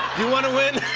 you want to win?